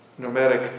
nomadic